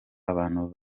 abantu